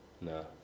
No